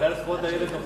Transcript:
ההצעה לכלול את הנושא